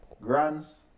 grants